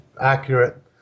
accurate